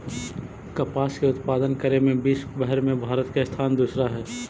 कपास के उत्पादन करे में विश्वव भर में भारत के स्थान दूसरा हइ